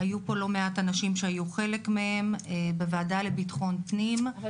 היו פה לא מעט אנשים שהיו חלק מהם בוועדה לביטחון הפנים הזה